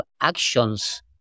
Actions